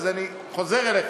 אז אני חוזר אליך.